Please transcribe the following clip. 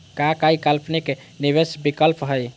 का काई अल्पकालिक निवेस विकल्प हई?